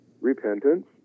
repentance